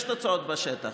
יש תוצאות בשטח,